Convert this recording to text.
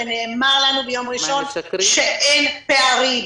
ונאמר לנו ביום ראשון שאין פערים.